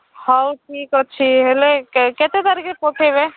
ହଉ ଠିକ୍ ଅଛି ହେଲେ କେ କେତେ ତାରିଖ ପଠାଇବେ